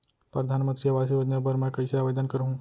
परधानमंतरी आवास योजना बर मैं कइसे आवेदन करहूँ?